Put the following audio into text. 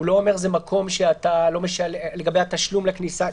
הוא לא מדבר לגבי התשלום בכניסה.